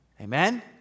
Amen